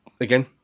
again